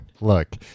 Look